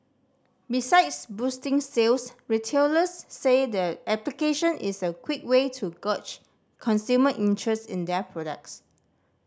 besides boosting sales retailers say the application is a quick way to gauge consumer interest in their products